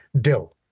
dill